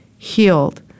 healed